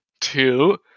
two